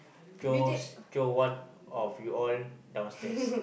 throw throw one of you all downstairs